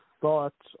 thoughts